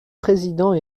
président